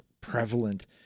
prevalent